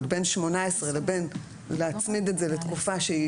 בין 18 לבין להצמיד את זה לתקופה שהיא